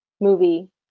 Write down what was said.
movie